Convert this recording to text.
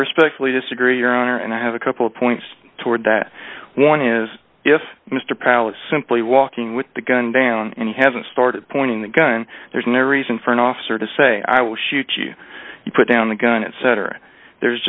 respectfully disagree your honor and i have a couple of points toward that one is if mr pallas simply walking with the gun down and he hasn't started pointing the gun there's no reason for an officer to say i will shoot you put down the gun and center there's